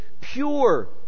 pure